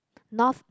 North